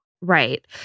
Right